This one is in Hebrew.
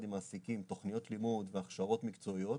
עם מעסיקים תכניות לימוד והכשרות מקצועיות,